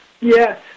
Yes